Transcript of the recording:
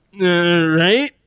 right